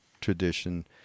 tradition